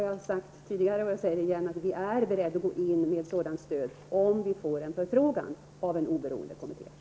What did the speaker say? Jag har tidigare sagt att vi är beredda att gå in med ett sådant stöd om vi får en förfrågan av en oberoende kommitté.